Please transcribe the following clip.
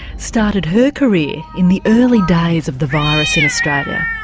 started her career in the early days of the virus in australia.